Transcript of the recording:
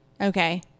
Okay